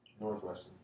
Northwestern